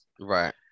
right